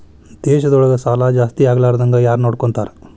ದೇಶದೊಳಗ ಸಾಲಾ ಜಾಸ್ತಿಯಾಗ್ಲಾರ್ದಂಗ್ ಯಾರ್ನೊಡ್ಕೊತಾರ?